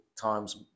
times